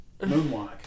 Moonwalk